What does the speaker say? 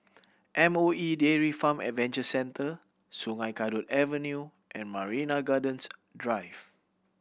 M O E Dairy Farm Adventure Centre Sungei Kadut Avenue and Marina Gardens Drive